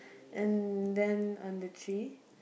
and then on the tree